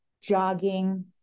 jogging